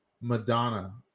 Madonna